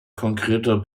konkrete